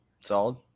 Solid